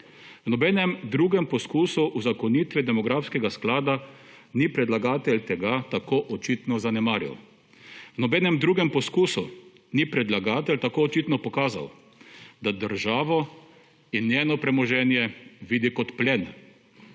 V nobenem drugem poskusu uzakonitve demografskega sklada ni predlagatelj tega tako očitno zanemaril. V nobenem drugem poskusu ni predlagatelj tako očitno pokazal, da državo in njeno premoženje vidi kot plen,